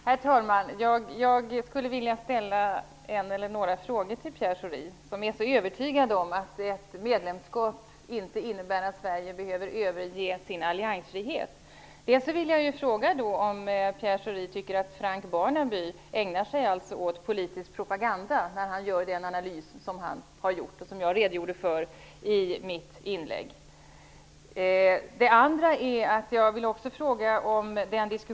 Herr talman! Jag skulle vilja ställa några frågor till Pierre Schori, som är så övertygad om att ett medlemskap inte innebär att Sverige behöver överge sin alliansfrihet. Barnaby ägnar sig åt politisk propaganda när han gör den analys som jag redogjorde för i mitt inlägg.